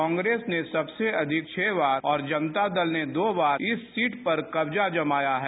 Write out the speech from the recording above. कांग्रेस ने सबसे अधिक छह बार और जनता दल ने दो बार इस सीट पर कब्जा जमाया है